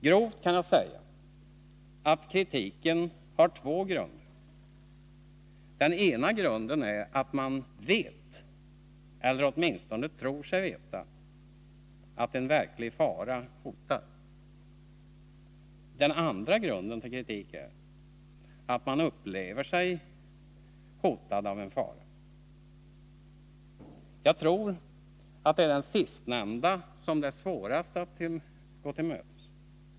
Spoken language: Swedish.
Grovt kan man säga att kritiken har två grunder, den ena grunden är att man vet, eller åtminstone tror sig veta, att en verklig fara hotar. Den andra grunden till kritiken är att man upplever sig hotad av en fara. Jag tror att det är det sistnämnda som det är svårast att gå till mötes.